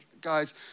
guys